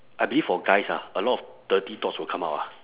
I believe for guys ah a lot of dirty thoughts will come out lah